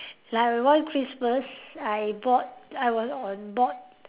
like one Christmas I bought I was on board